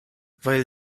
weil